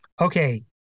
okay